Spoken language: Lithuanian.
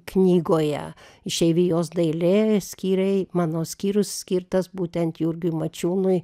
knygoje išeivijos dailė skyriai mano skyrius skirtas būtent jurgiui mačiūnui